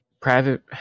private